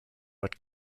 but